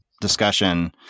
discussion